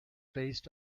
based